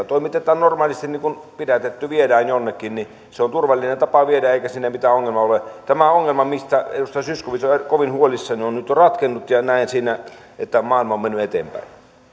toimitetaan normaalisti kun pidätetty viedään jonnekin ja se on turvallinen tapa viedä eikä siinä mitään ongelmaa ole tämä ongelma mistä edustaja zyskowicz on kovin huolissaan on nyt ratkennut ja näen että siinä maailma on mennyt eteenpäin